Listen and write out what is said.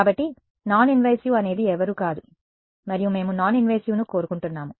కాబట్టి non invasive అనేది ఎవరూ కాదు మరియు మేము నాన్ ఇన్వాసివ్ ను కోరుకుంటున్నాము